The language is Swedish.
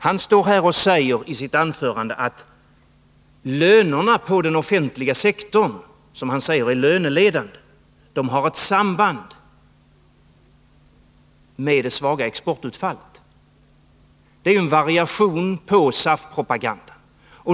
Han stod och sade att lönerna på den offentliga sektorn — som han anser är löneledande — har ett samband med det svaga exportutfallet. Detta är ju en variation av SAF-propagandan.